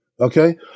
Okay